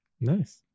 Nice